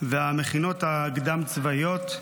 ובמכינות הקדם-צבאיות.